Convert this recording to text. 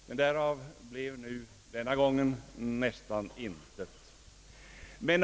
Men därav blev denna gång nästan intet.